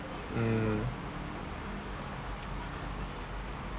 mm